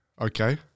Okay